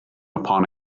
upon